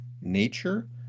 nature